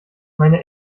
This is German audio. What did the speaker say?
meine